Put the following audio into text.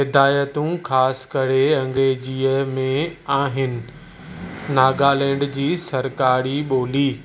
हिदायतूं ख़ासि करे अंग्रेजीअ में आहिनि नागालैंड जी सरकारी ॿोली